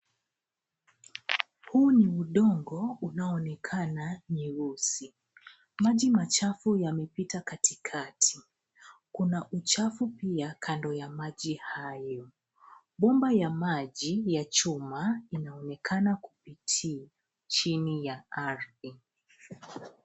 Huu ni udongo unaoonekana nyeusi, maji machafu yamepita katikati .Kuna uchafu pia kando ya maji hayo. Bomba ya maji ya chuma inaonekana kupitia chini ya ardhi.